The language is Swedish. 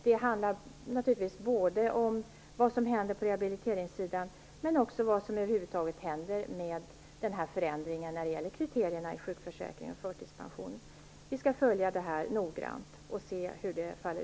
Det handlar naturligtvis både om vad som händer på rehabiliteringssidan och om vad som över huvud taget händer med förändringen när det gäller kriterierna i sjukförsäkringen och förtidspensionen. Vi skall följa det här noggrant och se hur det utfaller.